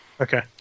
Okay